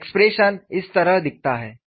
तो एक्सप्रेशन इस तरह दिखता है